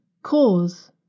Cause